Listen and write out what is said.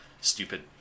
Stupid